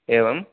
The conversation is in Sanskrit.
एवम्